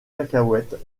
cacahuètes